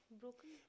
Broken